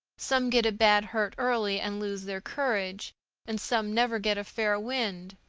some get a bad hurt early and lose their courage and some never get a fair wind.